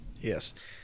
yes